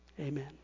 amen